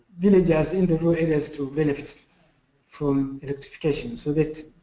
villages in the rural areas to benefit from electrification so that